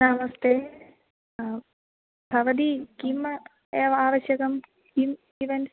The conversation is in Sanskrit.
नमस्ते भवती किम् एव आवश्यकं किम् इवेण्ट्